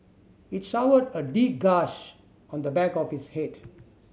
it showed a deep gash on the back of his head